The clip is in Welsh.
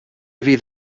fydd